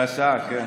זו השעה, כן.